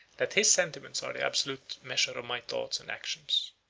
that his sentiments are the absolute measure of my thoughts and actions.